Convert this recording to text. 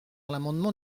l’amendement